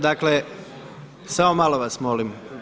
Dakle, samo malo vas molim.